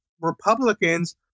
Republicans